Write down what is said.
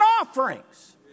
offerings